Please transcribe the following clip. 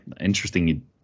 interesting